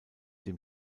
dem